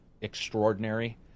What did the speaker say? extraordinary